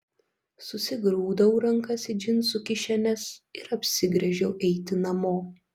susigrūdau rankas į džinsų kišenes ir apsigręžiau eiti namo